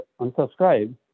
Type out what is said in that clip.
unsubscribe